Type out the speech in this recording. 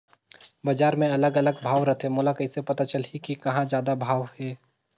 बजार मे अलग अलग भाव रथे, मोला कइसे पता चलही कि कहां जादा भाव हे?